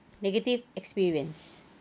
negative experience